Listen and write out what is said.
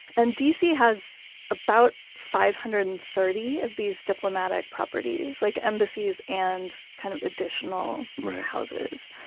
and d c. has about five hundred and thirty of these diplomatic properties, like embassies and kind of additional houses.